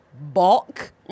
balk